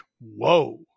Whoa